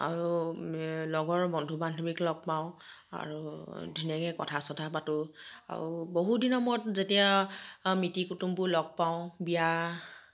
আৰু লগৰ বন্ধু বান্ধৱীক লগ পাওঁ আৰু ধুনীয়াকৈ কথা চথা পাতোঁ আৰু বহুত দিনৰ মূৰত যেতিয়া মিতিৰ কুটুমবোৰ লগ পাওঁ বিয়া